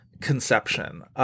conception